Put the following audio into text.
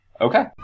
okay